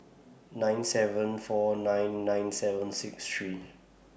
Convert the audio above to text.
nine seven four nine nine seven six three